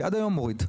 כשאני עד היום מוריד,